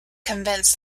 convinced